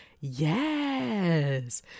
Yes